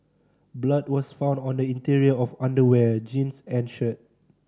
blood was found on the interior of underwear jeans and shirt